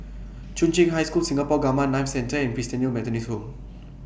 Chung Cheng High School Singapore Gamma Knife Centre and Christalite Methodist Home